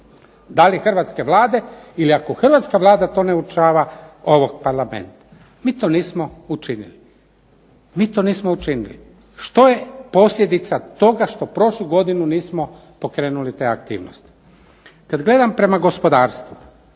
da li hrvatske Vlade ili ako hrvatska Vlada ne uočava ovog Parlamenta. Mi to nismo učinili. Što je posljedica toga što prošlu godinu nismo pokrenuli te aktivnosti? Kad gledam prema gospodarstvu